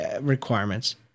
requirements